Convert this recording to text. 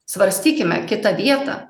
svarstykime kitą vietą